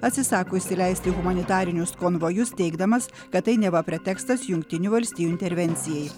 atsisako įsileisti humanitarinius konvojus teigdamas kad tai neva pretekstas jungtinių valstijų intervencijai